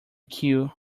queue